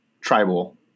tribal